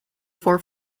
for